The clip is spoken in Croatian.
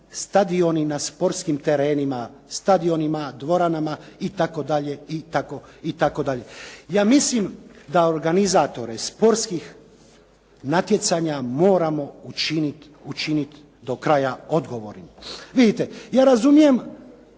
stadioni na sportskim terenima, stadionima, dvorana itd. Ja mislim da organizatore sportskih natjecanja moramo učiniti do kraja odgovornim. Vidite, ja razumijem